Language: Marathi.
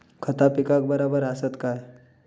खता पिकाक बराबर आसत काय?